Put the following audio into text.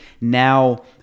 now